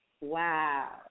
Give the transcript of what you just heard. Wow